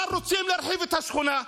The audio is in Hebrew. אבל רוצים להרחיב את השכונה,